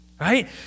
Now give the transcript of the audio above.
Right